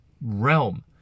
realm